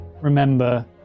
remember